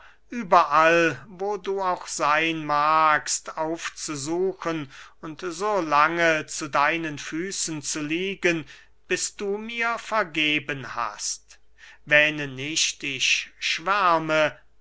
überall wo du auch seyn magst aufzusuchen und so lange zu deinen füßen zu liegen bis du mir vergeben hast wähne nicht ich